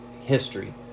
history